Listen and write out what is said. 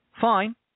Fine